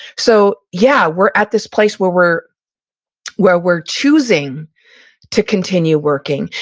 so, yeah, we're at this place where we're where we're choosing to continue working,